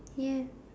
yes